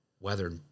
weather